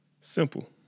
simple